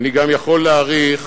גם יכול להעריך